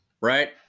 right